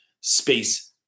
space